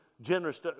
generous